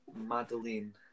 Madeline